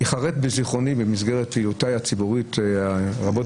נחרתה בזיכרוני במסגרת פעילויותיי הציבוריות רבות